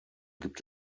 gibt